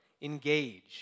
Engage